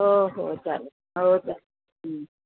हो हो चालेल हो चालेल